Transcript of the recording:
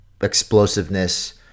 explosiveness